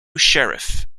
sheriff